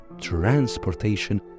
transportation